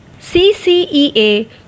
CCEA